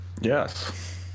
Yes